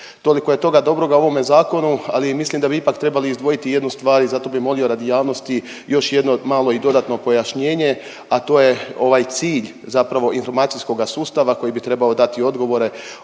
Toliko je toga dobroga u ovome zakonu, ali mislim da bi ipak trebali izdvojiti jednu stvar i zato bi molio radi javnosti još jedno malo i dodatno pojašnjenje, a to je ovaj cilj zapravo informacijskoga sustava koji bi trebao dati odgovore